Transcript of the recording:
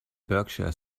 berkshire